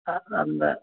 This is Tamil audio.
ஆ அந்த